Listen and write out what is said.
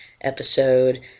episode